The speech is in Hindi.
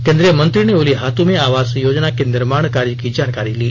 केंद्रीय मंत्री ने उलिहातू में आवास योजना के निर्माण कार्य की जानकारी ली